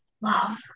love